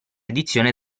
edizione